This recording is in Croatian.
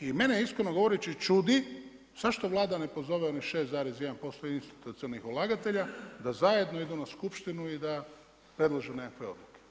I mene iskreno govoreći čudi zašto Vlada ne pozove onih 6,1% institucionalnih ulagatelja, da zajedno idu na skupštinu i da prelože nekakve odluke.